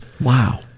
Wow